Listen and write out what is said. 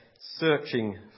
searching